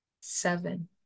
Seven